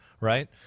right